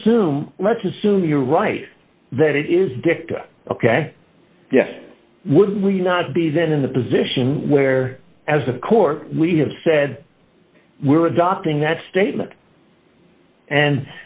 assume let's assume you're right that it is dicta ok would we not be then in the position where as the court we have said we're adopting that statement and